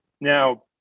Now